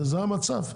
זה המצב.